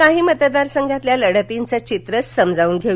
काही मतदार संघातल्या लढतींचं चित्र समजावून घेऊ